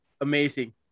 amazing